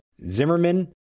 Zimmerman